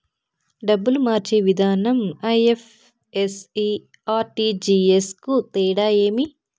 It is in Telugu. డబ్బులు మార్చే విధానం ఐ.ఎఫ్.ఎస్.సి, ఆర్.టి.జి.ఎస్ కు తేడా ఏమి?